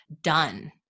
done